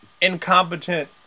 incompetent